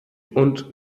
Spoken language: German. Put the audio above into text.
und